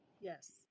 Yes